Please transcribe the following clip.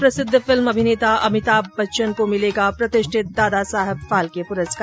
प्रसिद्ध फिल्म अभिनेता अमिताभ बच्चन को मिलेगा प्रतिष्ठित दादा साहब फाल्के पुरस्कार